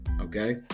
Okay